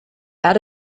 add